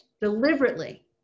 deliberately